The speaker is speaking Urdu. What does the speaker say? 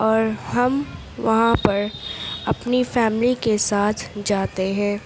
اور ہم وہاں پر اپنی فیملی کے ساتھ جاتے ہیں